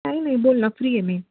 नाही नाही बोल ना फ्री ए मी